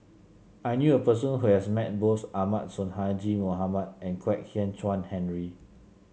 I knew a person who has met both Ahmad Sonhadji Mohamad and Kwek Hian Chuan Henry